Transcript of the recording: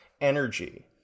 energy